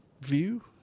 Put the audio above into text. view